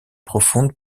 profonde